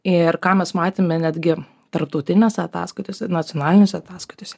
ir ką mes matėme netgi tarptautinėse ataskaitose nacionalinėse ataskaitose